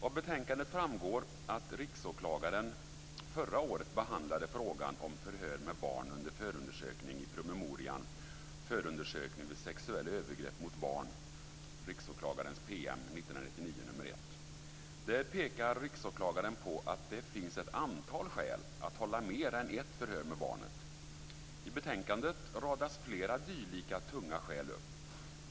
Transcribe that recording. Av betänkandet framgår att Riksåklagaren förra året behandlade frågan om förhör med barn under förundersökning i promemorian Förundersökning vid sexuella övergrepp mot barn . Där pekar Riksåklagaren på att det finns ett antal skäl att hålla mer än ett förhör med barnet. I betänkandet radas flera dylika tunga skäl upp.